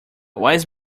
wise